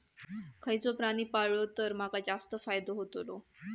खयचो प्राणी पाळलो तर माका जास्त फायदो होतोलो?